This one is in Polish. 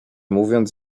mówiąc